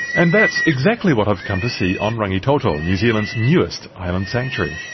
and that's exactly what i've come to see on rangitoto, new zealand's newest island sanctuary.